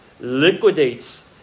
liquidates